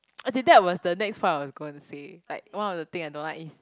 as in that was the next part I was going to say like one of the thing I don't like is